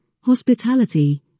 hospitality